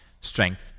strength